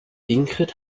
ingrid